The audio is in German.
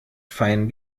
fein